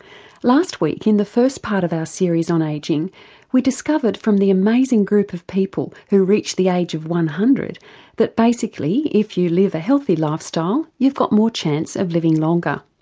last week in the first part of our series on ageing we discovered from the amazing group of people who have reached the age of one hundred that basically, if you live a healthy life style you've got more chance of living longer.